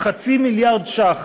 חצי מיליארד ש"ח,